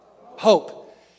hope